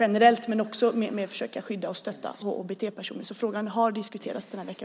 generellt, dels försöker skydda och stötta HBT-personer. Frågan har alltså diskuterats den här veckan.